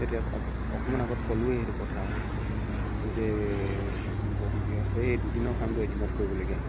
এতিয়া আগত অকণমান আগত ক'লোয়ে ই সেইটো কথা যে ব্যস্ত এই দুদিনৰ কামটো এদিনত কৰিবলগীয়া হয়